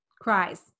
Cries